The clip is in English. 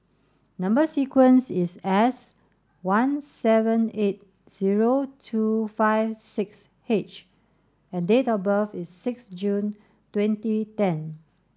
number sequence is S one seven eight zero two five six H and date of birth is six June twenty ten